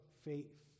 faith